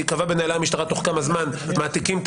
ייקבע בנוהלי המשטרה תוך כמה זמן מעתיקים את